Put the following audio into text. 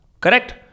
Correct